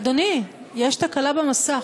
אדוני, יש תקלה במסך.